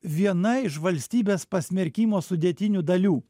viena iš valstybės pasmerkimo sudėtinių dalių